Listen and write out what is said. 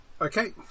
Okay